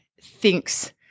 thinks